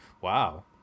Wow